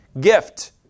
gift